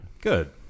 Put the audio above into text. Good